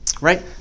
Right